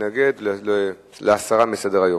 להסרה מסדר-היום.